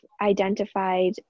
identified